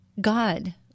God